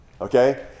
Okay